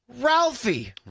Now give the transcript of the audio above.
Ralphie